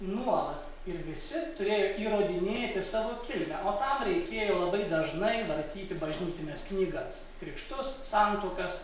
nuolat ir visi turėjo įrodinėti savo kilmę o tam reikėjo labai dažnai vartyti bažnytines knygas krikštus santuokas